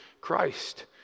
Christ